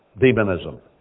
demonism